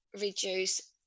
reduce